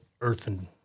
earthen